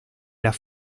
las